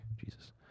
jesus